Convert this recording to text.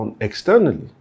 externally